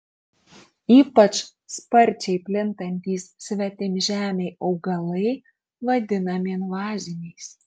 ypač sparčiai plintantys svetimžemiai augalai vadinami invaziniais